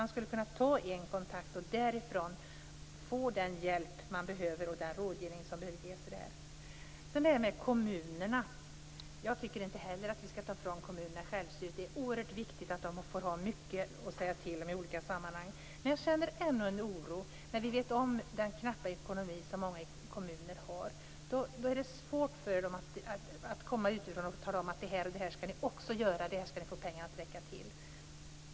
De skall kunna ta en kontakt och därifrån få den hjälp och den rådgivning som de behöver. Sedan detta med kommunerna: Jag tycker inte heller att vi skall ta ifrån kommunerna självstyret. Det är oerhört viktigt att de får ha mycket att säga till om i olika sammanhang, men jag känner ändå en oro. Vi vet om den knappa ekonomi som många kommuner har. Det är svårt för dem när man kommer utifrån och talar om att det här och det här skall de också göra och att de skall få pengarna att räcka till detta.